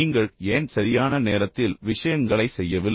நீங்கள் ஏன் சரியான நேரத்தில் விஷயங்களைச் செய்யவில்லை